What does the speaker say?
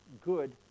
good